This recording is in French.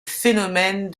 phénomène